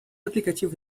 aplicativo